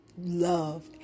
love